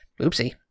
Oopsie